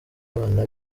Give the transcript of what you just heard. abana